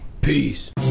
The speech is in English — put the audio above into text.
Peace